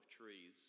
trees